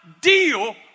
deal